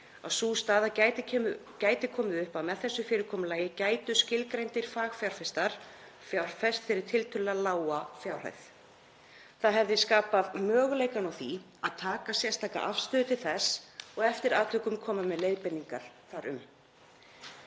að sú staða gæti komið upp að með þessu fyrirkomulagi gætu skilgreindir fagfjárfestar fjárfest fyrir tiltölulega lága fjárhæð. Það hefði skapað möguleikann á því að taka sérstaka afstöðu til þess og eftir atvikum koma með leiðbeiningar þar um.